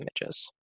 images